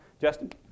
Justin